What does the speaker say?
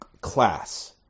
class